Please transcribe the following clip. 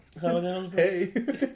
Hey